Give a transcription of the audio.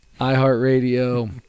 iHeartRadio